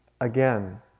again